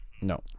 No